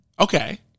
Okay